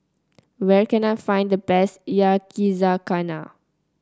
where can I find the best Yakizakana